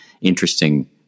interesting